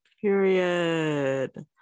period